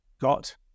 got